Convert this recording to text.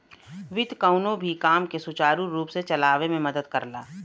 वित्त कउनो भी काम के सुचारू रूप से चलावे में मदद करला